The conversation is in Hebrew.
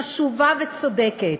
חשובה וצודקת.